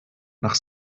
nach